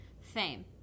Fame